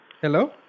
Hello